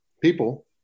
people